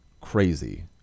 crazy